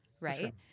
right